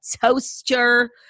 toaster